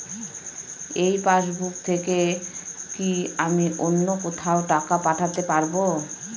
এই পাসবুক থেকে কি আমি অন্য কোথাও টাকা পাঠাতে পারব?